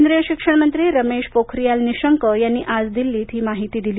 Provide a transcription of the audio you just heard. केंद्रीय शिक्षण मंत्री रमेश पोखरीयाल निशंक यांनी आज दिल्लीत ही माहिती दिली